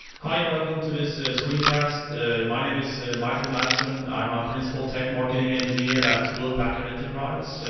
hi and welcome to this screencast my name is michael mattsson, i'm ah a principal tech marketing engineer at hewlett packard enterprise,